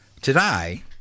Today